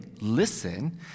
listen